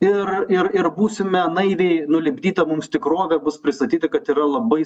ir ir ir būsime naiviai nulipdyta mums tikrovė bus pristatyta kad yra labai